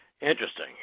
Interesting